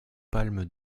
palmes